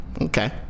Okay